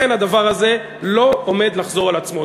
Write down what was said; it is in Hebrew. לכן הדבר הזה לא עומד לחזור על עצמו.